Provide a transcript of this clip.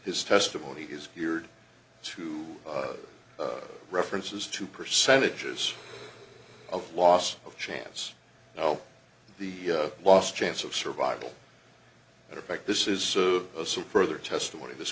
his testimony is geared to references to percentages of loss of chance now the last chance of survival and in fact this is a super other testimony this